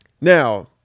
Now